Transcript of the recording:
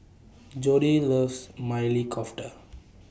Jodi loves Maili Kofta